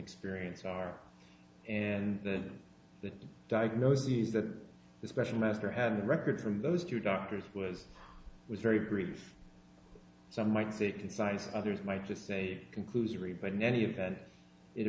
experience are and then the diagnoses that the special master had record from those two doctors was was very brief some might say concise others might just say conclusively but in any event it